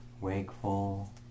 wakeful